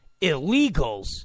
illegals